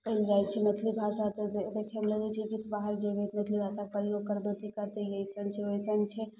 करि रहल छै मैथिली भाषाके देखैमे लागै छै कि बाहर जेबै मैथिली भाषाके प्रयोग करबै तऽ कहतै ई अइसन छै ओइसन छै